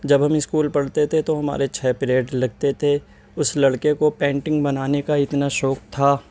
جب ہم اسکول پڑھتے تھے تو ہمارے چھ پریئڈ لگتے تھے اس لڑکے کو پینٹنگ بنانے کا اتنا شوق تھا